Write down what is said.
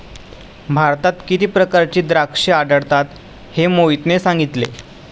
भारतात किती प्रकारची द्राक्षे आढळतात हे मोहितने सांगितले